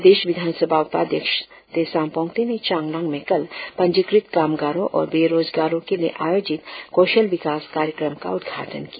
प्रदेश विधान सभा उपाध्यक्ष तेसाम पोंगते ने चांगलांग में कल पंजीकृत कामगारों और बेरोजगारों के लिए आयोजित कौशल विकास कार्यक्रम का उद्घाटन किया